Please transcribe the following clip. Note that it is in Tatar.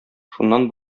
шуннан